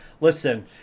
Listen